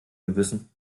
gewissen